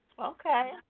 Okay